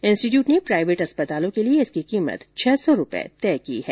institute ने private अस्पतालों के लिए इसकी कीमत छह सौ रुपये तय की है